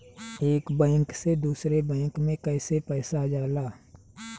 एक बैंक से दूसरे बैंक में कैसे पैसा जाला?